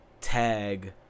tag